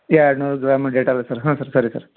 ಎರಡು ನೂರು gram Dettol sir ಹ್ಞೂ ಸರ್ ಸರಿ ಸರ್